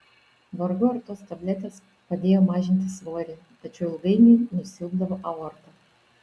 vargu ar tos tabletės padėjo mažinti svorį tačiau ilgainiui nusilpdavo aorta